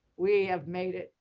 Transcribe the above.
we have made it.